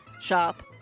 Shop